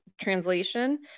translation